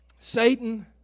Satan